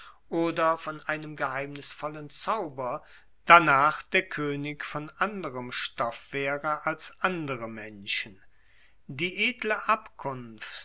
oder von irgendeinem geheimnisvollen zauber danach der koenig von anderem stoff waere als andere menschen die edle